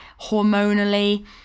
hormonally